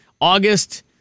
August